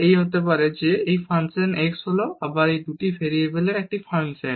এই function x হল 2 টি ভেরিয়েবলের একটি ফাংশন